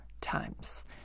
times